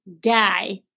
guy